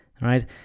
right